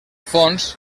fons